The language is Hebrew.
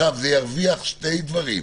זה ירוויח שני דברים.